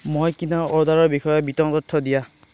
মই কিনা অৰ্ডাৰৰ বিষয়ে বিতং তথ্য দিয়া